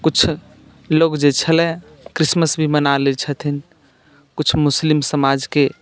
कुछ लोक जे छलै क्रिसमस भी मना लैत छथिन किछु मुस्लिम समाजके